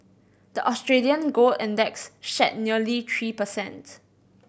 the Australian gold index shed nearly three percents